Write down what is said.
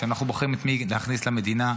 כשאנחנו בוחרים את מי להכניס למדינה,